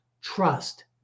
trust